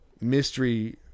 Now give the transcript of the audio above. mystery